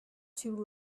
too